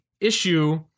issue